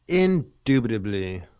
Indubitably